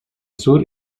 sur